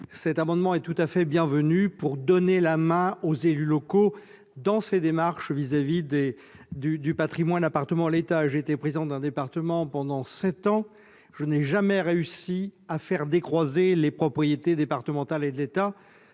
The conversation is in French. Cet amendement est tout à fait bienvenu pour donner la main aux élus locaux dans ces démarches relatives au patrimoine appartenant à l'État. Président d'un département pendant sept ans, je n'ai jamais réussi à faire décroiser les propriétés départementales et de l'État